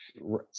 Right